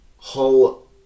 whole